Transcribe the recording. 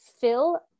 fill